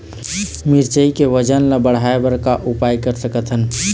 मिरचई के वजन ला बढ़ाएं बर का उपाय कर सकथन?